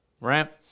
right